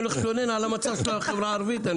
אני מתלונן על המצב של החברה הערבית.